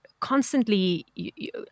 Constantly